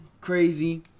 crazy